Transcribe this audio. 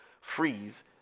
freeze